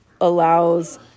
allows